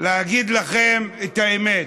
להגיד לכם את האמת,